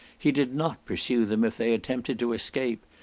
he did not pursue them if they attempted to escape,